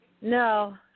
No